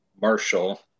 Marshall